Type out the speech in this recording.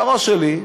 בראש שלי,